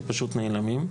שפשוט נעלמים.